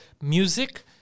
music